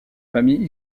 famille